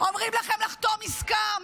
אומרים לכם לחתום עסקה,